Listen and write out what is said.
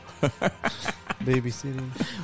Babysitting